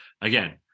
again